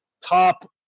top